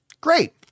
Great